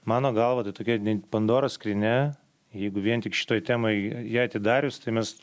mano galva tai tokia pandoros skrynia jeigu vien tik šitoj temoj ją atidarius tai mes